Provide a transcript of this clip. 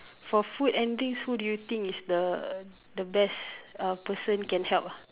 for food and drinks who do you think is the the best uh person can help ah